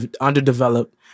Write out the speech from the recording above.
underdeveloped